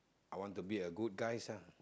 I want to be a good guys ah